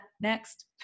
next